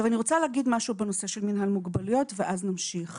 אני רוצה להגיד משהו בנושא מינהל מוגבלויות ואז נמשיך.